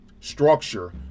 structure